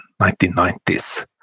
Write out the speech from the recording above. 1990s